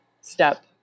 step